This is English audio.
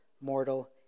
mortal